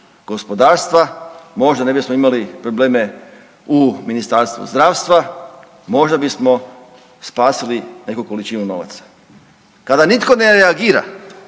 gospodarstva, možda ne bismo imali probleme u Ministarstvu zdravstva, možda bismo spasili neku količinu novaca. Kada nitko ne reagira